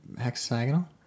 hexagonal